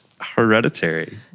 Hereditary